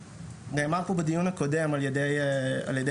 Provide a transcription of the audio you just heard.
נאמר פה בדיון הקודם על ידי השירותים